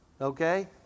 okay